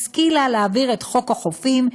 השכילה להעביר את חוק החופים,